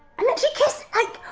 and let you kiss like,